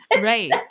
Right